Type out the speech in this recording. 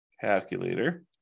Calculator